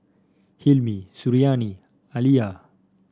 Hilmi Suriani Alya